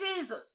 Jesus